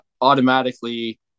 automatically